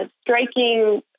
striking